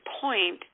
point